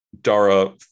Dara